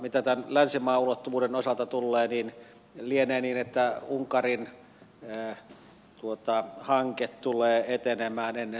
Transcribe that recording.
mitä tämän länsimaaulottuvuuden osalta tulee niin lienee niin että unkarin hanke tulee etenemään ennen suomen hanketta